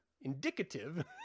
indicative